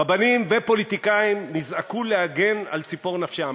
ורבנים ופוליטיקאים נזעקו להגן על ציפור נפשם.